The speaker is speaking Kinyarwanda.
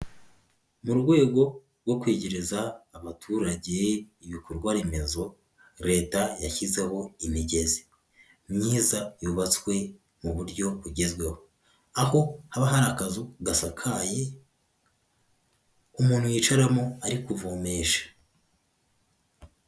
Mu rwego rwo kwegereza abaturage ibikorwa remezo, leta yashyizeho imigezi myiza yubatswe mu buryo bugezweho. Aho haba hari akazu gasakaye, umuntu yicaramo ari kuvomesha.